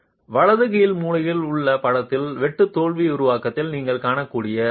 வலது கீழ் மூலையில் உள்ள படத்தில் வெட்டு தோல்வி உருவாக்கத்தில் நீங்கள் காணக்கூடியது போல